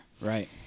Right